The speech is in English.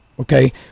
Okay